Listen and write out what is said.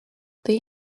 they